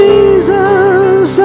Jesus